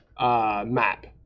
map